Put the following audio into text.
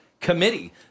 committee